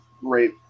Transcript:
great